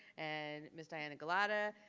and miss dianna galatia.